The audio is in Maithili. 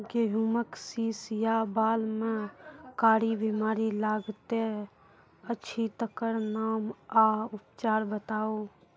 गेहूँमक शीश या बाल म कारी बीमारी लागतै अछि तकर नाम आ उपचार बताउ?